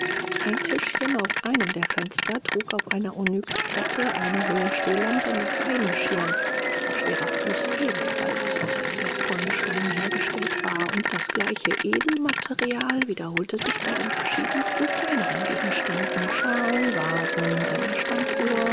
ein tischchen auf einem der fenster trug auf einer onyxplatte eine hohe stehlampe mit seidenschirm deren schwerer fuß ebenfalls aus dem wertvollen stein hergestellt war und das gleiche edelmaterial wiederholte sich bei den verschiedensten kleineren gegenständen schalen vasen einer standuhr